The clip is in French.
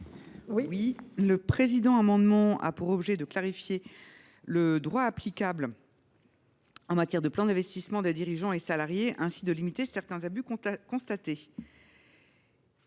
Laure Darcos. Cet amendement a pour objet de clarifier le droit applicable en matière de plan d’investissement des dirigeants et salariés et, ainsi, de limiter certains abus constatés.